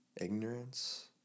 ignorance